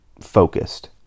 focused